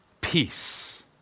peace